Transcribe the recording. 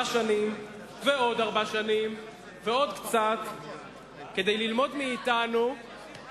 שנים ועוד ארבע שנים ועוד קצת כדי ללמוד מאתנו,